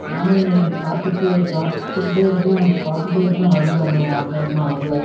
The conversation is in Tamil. நானும் காத்துகிட்டு காத்துக்கிட்டே இருக்கேன் பார்த்துட்டே இருக்கேன் வரல இன்னும் ஆட்டோ இன்னும் வரல